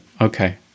Okay